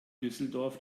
düsseldorf